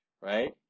Right